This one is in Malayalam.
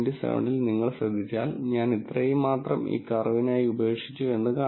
7 ൽ നിങ്ങൾ ശ്രദ്ധിച്ചാൽ ഞാൻ ഇത്രയും മാത്രം ഈ കർവിനായി ഉപേക്ഷിച്ചു എന്ന് കാണാം